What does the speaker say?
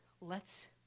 Let's